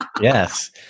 Yes